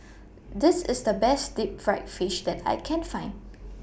This IS The Best Deep Fried Fish that I Can Find